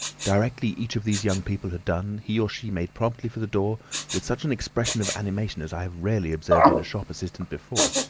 directly each of these young people had done, he or she made promptly for the door with such an expression of animation as i have rarely observed in a shop assistant before.